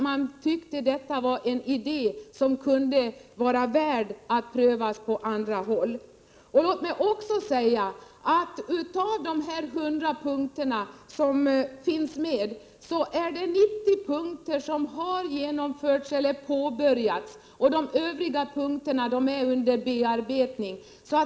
Man tyckte att detta var en idé som kunde vara värd att prövas på andra håll. Av de hundra punkter som finns med har åtgärder genomförts eller påbörjats beträffande 90 punkter. Övriga punkter är under bearbetning.